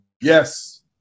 yes